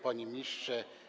Panie Ministrze!